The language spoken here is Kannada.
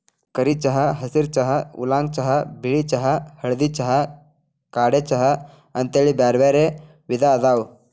ಕರಿ ಚಹಾ, ಹಸಿರ ಚಹಾ, ಊಲಾಂಗ್ ಚಹಾ, ಬಿಳಿ ಚಹಾ, ಹಳದಿ ಚಹಾ, ಕಾಡೆ ಚಹಾ ಅಂತೇಳಿ ಬ್ಯಾರ್ಬ್ಯಾರೇ ವಿಧ ಅದಾವ